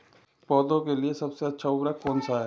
पौधों के लिए सबसे अच्छा उर्वरक कौनसा हैं?